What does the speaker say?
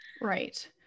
right